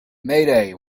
mayday